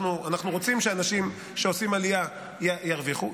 אנחנו רוצים שאנשים שעושים עלייה ירוויחו.